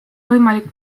võimalik